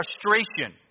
frustration